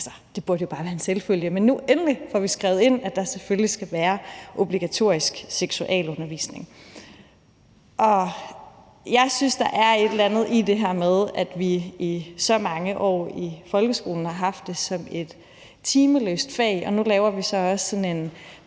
det burde bare være en selvfølge – får skrevet ind, at der selvfølgelig skal være obligatorisk seksualundervisning. Jeg synes, der er et eller andet i det her med, at vi i så mange år i folkeskolen har haft det som et timeløst fag, men nu laver vi så også sådan en